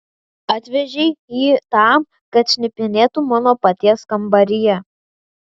atvežei jį tam kad šnipinėtų mano paties kambaryje